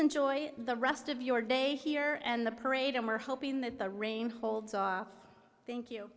enjoy the rest of your day here and the parade and we're hoping that the rain holds thank you